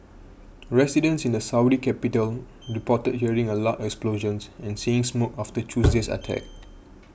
residents in the Saudi capital reported hearing a loud explosions and seeing smoke after Tuesday's attack